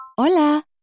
Hola